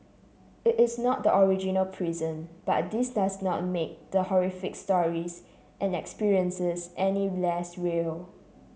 it is not the original prison but this does not make the horrific stories and experiences any less real